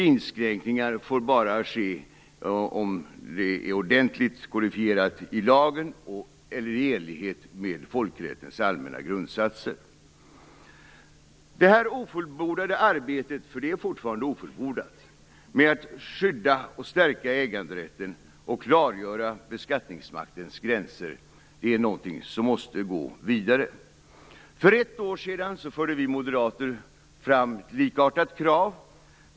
Inskränkningar får bara ske om det är ordentligt kodifierat i lagen eller i enlighet med folkrättens allmänna grundsatser. Det ofullbordade arbetet - det är fortfarande ofullbordat - med att skydda och stärka äganderätten och klargöra beskattningsmaktens gränser måste gå vidare. För ett år sedan förde vi moderater fram ett likartat krav.